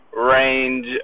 range